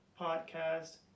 podcast